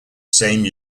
same